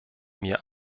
mir